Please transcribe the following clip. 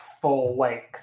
full-length